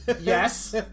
yes